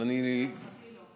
להערכתי לא.